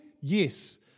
Yes